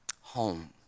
home